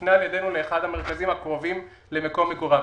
מופנה על ידינו לאחד המרכזים הקרובים למקום מגוריו.